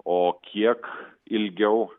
o kiek ilgiau